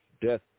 death